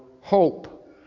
hope